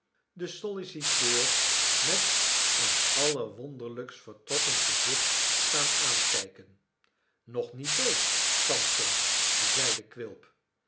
den solliciteur met een allerwonderlijkst vertrokken gezicht staan aankijken nog niet dood sampson zeide quilp